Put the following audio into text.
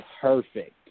perfect